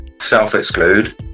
self-exclude